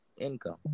income